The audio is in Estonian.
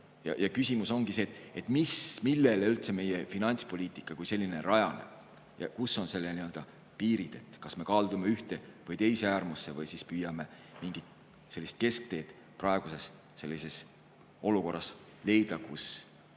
Küsimus ongi selles, et millele üldse meie finantspoliitika kui selline rajaneb ja kus on selle piirid. Kas me kaldume ühte või teise äärmusse või siis püüame mingit keskteed praeguses olukorras leida, kus